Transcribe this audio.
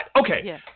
okay